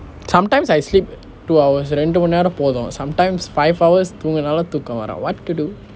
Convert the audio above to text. sometimes I sleep two hours இரண்டு மணிநேரம் போதும்:irandu manineram pothum sometimes five hours தூங்கினாலும் தூக்கம் வரும்:thunginaalum thukkam varum what to do